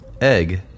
Egg